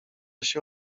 się